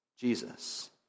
Jesus